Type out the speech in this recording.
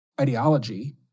ideology